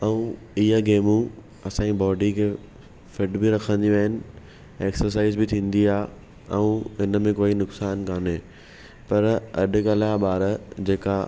ऐं इहा गेमूं असांजी बॉडीअ खे फिट बि रखंदियूं आहिनि एक्सर्साइज़ बि थींदी आहे ऐं इन में कोई नुक़सानु कान्हे पर अॼुकल्ह जा ॿार जेका